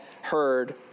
heard